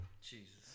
Jesus